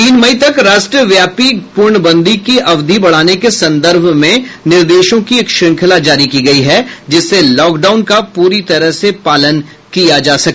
तीन मई तक राष्ट्रव्यापी पूर्णबंदी के अवधि बढ़ाने के संदर्भ में निर्देशों की एक श्रंखला जारी की गयी है जिससे लॉकडाउन का पूरी तरह से पालन किया जा सके